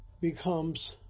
becomes